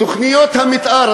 תוכניות המתאר,